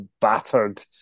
battered